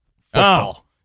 football